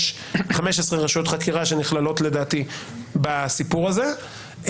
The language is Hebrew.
יש 15 רשויות חקירה שנכללות לדעתי בסיפור הזה.